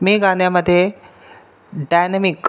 मी गाण्यामध्ये डायनमिक